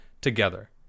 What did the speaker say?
together